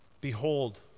behold